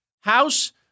house